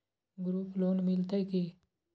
Group loan मिलतै की?